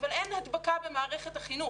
אבל אין הדבקה במערכת החינוך,